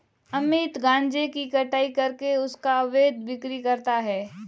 अमित गांजे की कटाई करके उसका अवैध बिक्री करता है